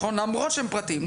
למרות שהם פרטיים,